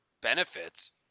benefits